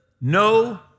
no